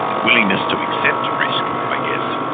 willingness to accept a risk i guess.